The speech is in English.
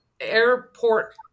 airport